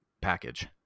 package